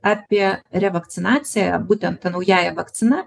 apie revakcinaciją būtent ta naująja vakcina